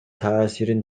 таасирин